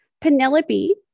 Penelope